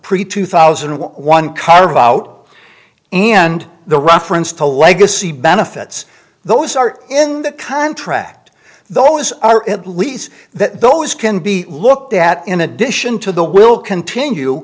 pretty to thousand and one carve out and the reference to legacy benefits those are in the contract those are at least those can be looked at in addition to the will continue